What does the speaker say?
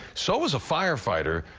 so as a firefighter,